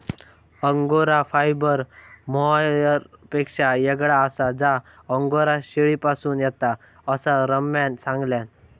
angora fibre मोहायरपेक्षा येगळा आसा जा अंगोरा शेळीपासून येता, असा रम्यान सांगल्यान